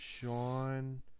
Sean